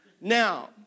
Now